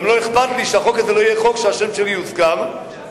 גם לא אכפת לי שהחוק הזה לא יהיה חוק שהשם שלי יוזכר בו.